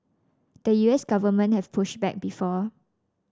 the U S government has pushed back before